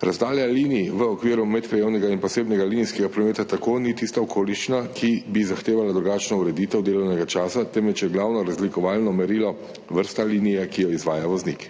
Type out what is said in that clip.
Razdalja linij v okviru medkrajevnega in posebnega linijskega prometa tako ni tista okoliščina, ki bi zahtevala drugačno ureditev delovnega časa, temveč je glavno razlikovalno merilo vrsta linije, ki jo izvaja voznik.